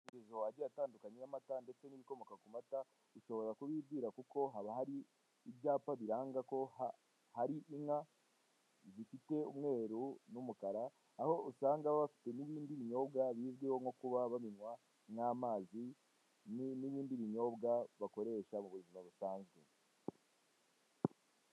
Umuzi wagiye atandukanye n'amata ndetse n'ibikomoka ku mata bishobora kubibwira kuko haba hari ibyapa biranga ko hari inka zifite umweru n'umukara aho usanga bafite n'ibindi binyobwa bizwiho nko kuba banywa n'amazi n n'ibindi binyobwa bakoresha mu buzima busanzwe.